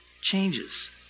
changes